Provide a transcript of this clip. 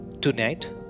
tonight